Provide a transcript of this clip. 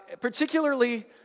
particularly